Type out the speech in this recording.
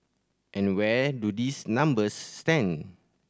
and where do these numbers stand